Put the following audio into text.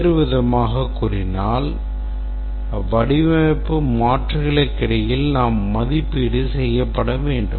வேறுவிதமாகக் கூறினால் வடிவமைப்பு மாற்றுகளுக்கு இடையில் நாம் மதிப்பீடு செய்யப்பட வேண்டும்